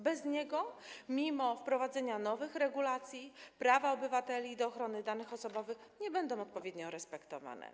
Bez tego, mimo wprowadzenia nowych regulacji, prawo obywateli do ochrony danych osobowych nie będzie odpowiednio respektowane.